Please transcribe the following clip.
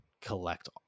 collect